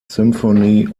symphony